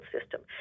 system